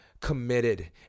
committed